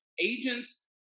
agents